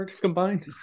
combined